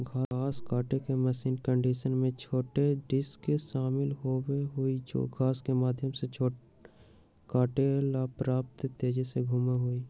घास काटे के मशीन कंडीशनर में छोटे डिस्क शामिल होबा हई जो घास के माध्यम से काटे ला पर्याप्त तेजी से घूमा हई